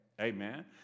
Amen